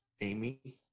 Amy